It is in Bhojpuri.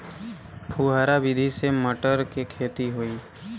फुहरा विधि से मटर के खेती होई